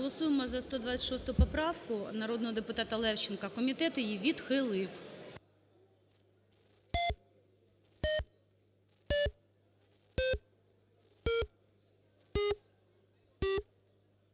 Голосуємо за 126 поправку народного депутатаЛевченка. Комітет її відхилив.